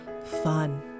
fun